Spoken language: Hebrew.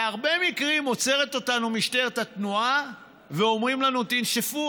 בהרבה מקרים עוצרת אותנו משטרת התנועה ואומרים לנו: תנשפו,